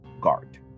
guard